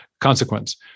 consequence